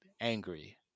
angry